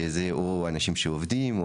שזה או אנשים שעובדים,